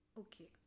okay